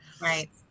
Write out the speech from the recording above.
Right